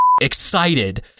excited